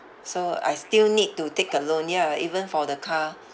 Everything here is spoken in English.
so I still need to take a loan ya even for the car